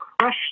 crush